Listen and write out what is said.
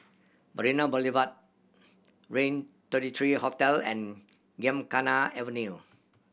Marina Boulevard Rain thirty three Hotel and Gymkhana Avenue